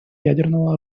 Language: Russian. ядерного